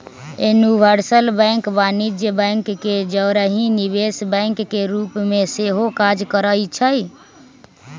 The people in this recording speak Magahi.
यूनिवर्सल बैंक वाणिज्यिक बैंक के जौरही निवेश बैंक के रूप में सेहो काज करइ छै